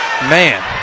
Man